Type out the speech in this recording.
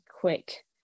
quick